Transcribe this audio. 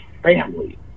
family